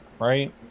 right